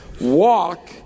Walk